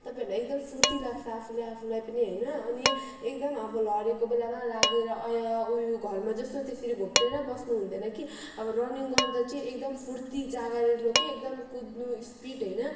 तपाईँहरूलाई एकदम फुर्ति लाग्छ आफूले आफूलाई पनि होइन अनि एकदम अब लडेको बेलामा लागेर ऐया उयु घरमा जस्तो त्यस्तो घोप्टेर बस्नुहुँदैन कि अब रनिङ गर्दा चाहिँ एकदम फुर्ति जाँगरिलो के एकदम कुद्नु स्पिड होइन